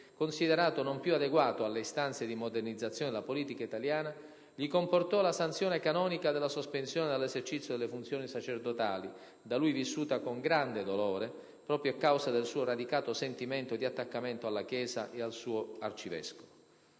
considerato non più adeguato alle istanze di modernizzazione della politica italiana, gli comportò la sanzione canonica della sospensione dall'esercizio delle funzioni sacerdotali, da lui vissuta con grande dolore, proprio a causa dei suo radicato sentimento di attaccamento alla Chiesa e al suo Arcivescovo.